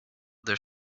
their